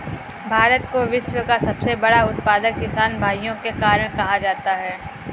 भारत को विश्व का सबसे बड़ा उत्पादक किसान भाइयों के कारण कहा जाता है